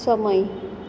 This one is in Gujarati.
સમય